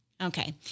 Okay